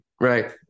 Right